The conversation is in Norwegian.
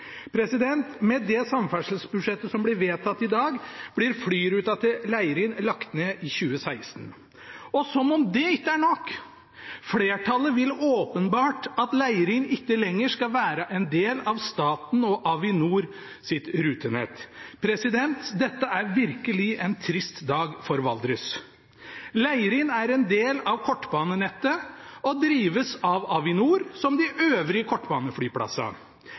Med det samferdselsbudsjettet som blir vedtatt i dag, blir flyruta til Leirin lagt ned i 2016. Og som om det ikke er nok, vil flertallet åpenbart at Leirin ikke lenger skal være en del av staten og Avinors rutenett. Dette er virkelig en trist dag for Valdres. Leirin er en del av kortbanenettet og drives av Avinor, som de øvrige